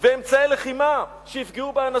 ואמצעי לחימה שיפגעו באנשים.